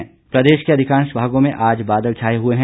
मौसम प्रदेश के अधिकांश भागों में आज बादल छाए हुए हैं